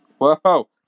Whoa